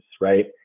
right